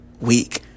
week